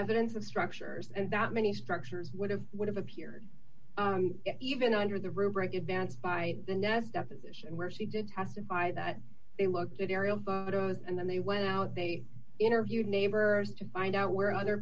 evidence of structures and that many structures would have would have appeared even under the rubric advanced by the nest deposition where she did testify that they looked at aerial photos and then they went out they interviewed neighbors to find out where other